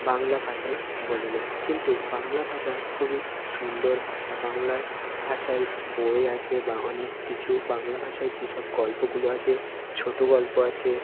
বাংলা ভাষায় বলি না কিন্তু বাংলা ভাষা খুবই সুন্দর ভাষা বাংলায় ভাষায় বই আছে বা অনেক কিছু বাংলা ভাষায় যে সব গল্পগুলো আছে ছোটো গল্প আছে